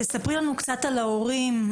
תספרי לנו קצת על ההורים,